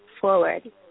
forward